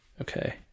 okay